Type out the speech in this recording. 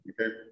okay